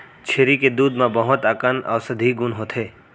छेरी के दूद म बहुत अकन औसधी गुन होथे